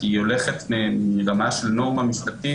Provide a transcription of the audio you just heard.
כי היא הולכת מרמה של נורמה משפטית